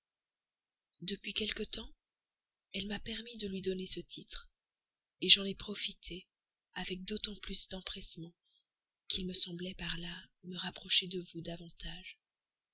depuis quelque temps elle m'a permis de lui donner ce titre j'en ai profité avec d'autant plus d'empressement qu'il me semblait par là me rapprocher de vous davantage